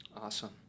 Awesome